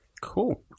Cool